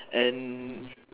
and